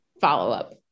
follow-up